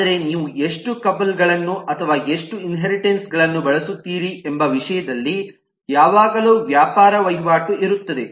ಆದರೆ ನೀವು ಎಷ್ಟು ಕಪಲ್ ಗಳನ್ನು ಅಥವಾ ಎಷ್ಟು ಇನ್ಹೇರಿಟೆನ್ಸ್ ಗಳನ್ನು ಬಳಸುತ್ತೀರಿ ಎಂಬ ವಿಷಯದಲ್ಲಿ ಯಾವಾಗಲೂ ವ್ಯಾಪಾರ ವಹಿವಾಟು ಇರುತ್ತದೆ